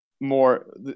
more